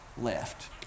left